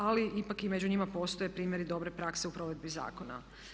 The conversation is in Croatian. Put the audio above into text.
Ali ipak i među njima postoje primjeri dobre prakse u provedbi zakona.